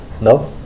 No